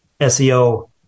SEO